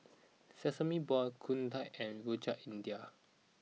Sesame Balls Kuih Dadar and Rojak India